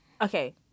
Okay